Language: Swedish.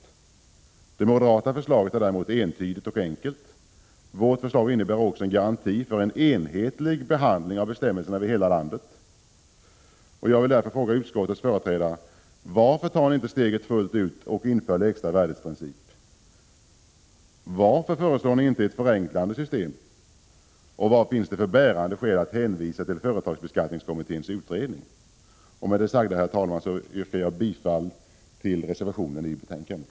Det moderata förslaget är däremot entydigt och enkelt. Vårt förslag innebär också en garanti för en enhetlig behandling av bestämmelserna över hela landet. Varför tar ni inte steget fullt ut och inför lägsta värdets princip? Varför föreslår ni inte ett förenklande system? Vad finns det för bärande skäl att hänvisa till företagsbeskattningskommitténs utredning? Med det sagda, herr talman, yrkar jag bifall till reservationen i betänkandet.